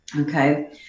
Okay